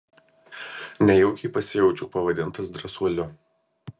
nejaukiai pasijaučiau pavadintas drąsuoliu